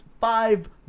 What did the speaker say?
five